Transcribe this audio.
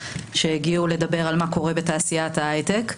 שהגיעו לדבר על מה שקורה בתעשיית ההייטק.